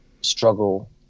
struggle